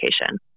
education